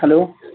hello